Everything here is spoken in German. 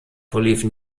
verliefen